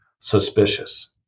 suspicious